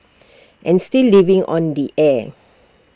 and still living on in the er